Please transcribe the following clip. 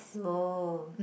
no